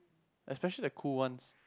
especially the cool ones